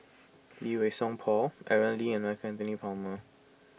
Lee Wei Song Paul Aaron Lee and Michael Anthony Palmer